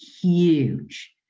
huge